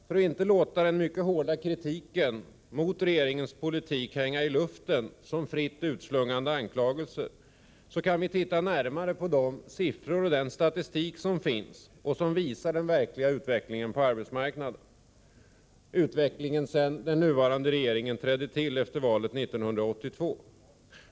För att inte låta den mycket hårda kritiken mot regeringens politik hänga i luften som fritt utslungade anklagelser, kan vi titta närmare på de siffror och den statistik som finns och som visar den verkliga utvecklingen på arbetsmarknaden — utvecklingen sedan den nuvarande regeringen tillträdde efter valet 1982.